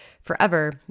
forever